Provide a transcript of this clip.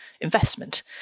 investment